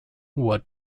what